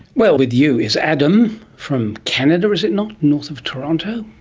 well, with you is adam, from canada, is it not, north of toronto?